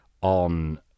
on